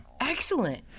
excellent